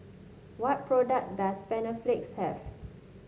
what products does Panaflex have